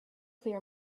clear